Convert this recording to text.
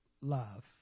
love